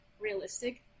realistic